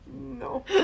No